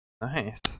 nice